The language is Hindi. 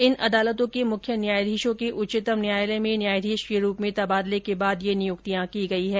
इन अदालतों के मुख्य न्यायाधीशों के उच्चतम न्यायालय में न्यायाधीश के रूप में तबादले के बाद ये नियुक्तियां की गयी हैं